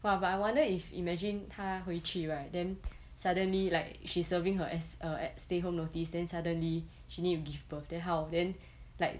!wah! but I wonder if imagine 她回去 right then suddenly like she's serving her as err at stay home notice then suddenly she need to give birth then how then like